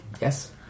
Yes